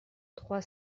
trois